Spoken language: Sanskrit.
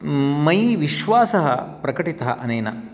मयि विश्वासः प्रकटितः अनेन